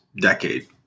decade